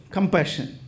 Compassion